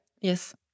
yes